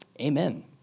Amen